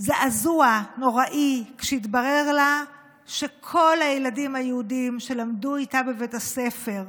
זעזוע נוראי כשהתברר לה שכל הילדים היהודים שלמדו איתה בבית הספר,